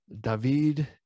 David